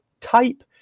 type